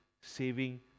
saving